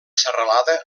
serralada